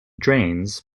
drains